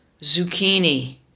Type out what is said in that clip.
zucchini